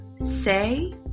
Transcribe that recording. say